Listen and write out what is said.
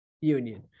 union